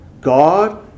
god